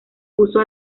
puso